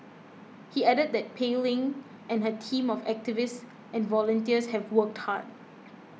he added that Pei Ling and her team of activists and volunteers have worked hard